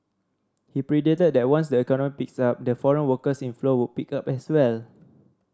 he predicted that once the economy picks up the foreign workers inflow would pick up as well